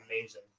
amazing